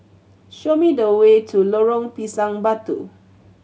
show me the way to Lorong Pisang Batu